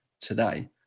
today